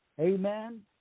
Amen